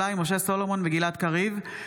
טאהא ומשה רוט בנושא: עליית מחירים בבנק הדואר,